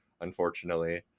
unfortunately